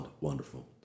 wonderful